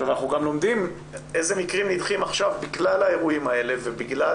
אנחנו גם לומדים איזה מקרים נדחים עכשיו בגלל האירועים האלה ובגלל